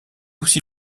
aussi